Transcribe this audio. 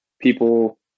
people